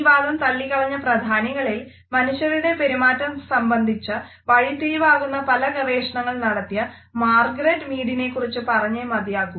ഈ വാദം തള്ളിക്കളഞ്ഞ പ്രധാനികളിൽ മനുഷ്യരുടെ പെരുമാറ്റം സംബന്ധിച്ച വഴിത്തിരിവാകുന്ന പല ഗവേഷണങ്ങൾ നടത്തിയ മാർഗരറ്റ് മീഡിനെക്കുറിച്ചു പറഞ്ഞേ മതിയാവൂ